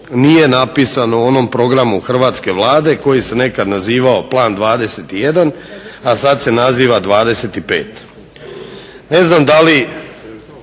nije napisano u onom programu Hrvatske vlade koji se nekad nazivao Plan 21, a sad se naziva 25.